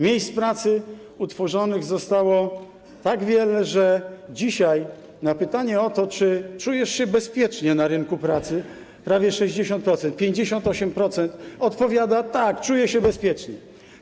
Miejsc pracy utworzonych zostało tak wiele, że dzisiaj na pytanie o to, czy czujesz się bezpiecznie na rynku pracy, prawie 60%, bo 58% odpowiada: tak, czuję się bezpiecznie.